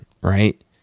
right